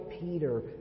Peter